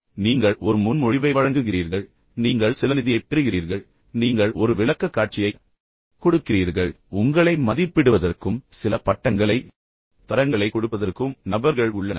எனவே நீங்கள் ஒரு முன்மொழிவை வழங்குகிறீர்கள் பின்னர் நீங்கள் சில நிதியைப் பெறுகிறீர்கள் நீங்கள் ஒரு விளக்கக்காட்சியைக் கொடுக்கிறீர்கள் பின்னர் உங்களை மதிப்பிடுவதற்கும் உங்களுக்கு சில பட்டங்களைக் கொடுப்பதற்கும் அல்லது உங்களுக்கு சில தரங்களைக் கொடுப்பதற்கும் நபர்கள் உள்ளனர்